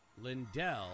Lindell